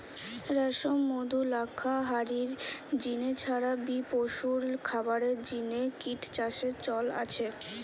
রেশম, মধু, লাক্ষা হারির জিনে ছাড়া বি পশুর খাবারের জিনে কিট চাষের চল আছে